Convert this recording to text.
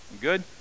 good